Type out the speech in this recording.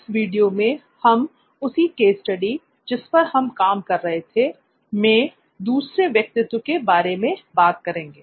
इस वीडियो में हम उसी केस स्टडी जिस पर हम काम कर रहे थे मैं दूसरे व्यक्तित्व के बारे में बात करेंगे